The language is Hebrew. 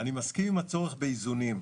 אני מסכים עם הצורך באיזונים.